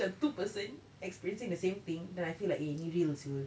the two person experiencing the same thing then I feel like eh maybe real siot